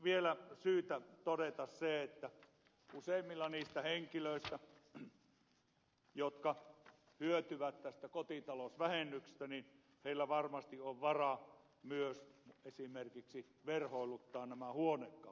vielä on syytä todeta se että useimmilla niistä henkilöistä jotka hyötyvät tästä kotitalousvähennyksestä varmasti on varaa myös esimerkiksi verhoiluttaa nämä huonekalunsa